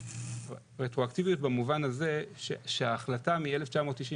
רטרואקטיביות במובן הזה שההחלטה מ-1999,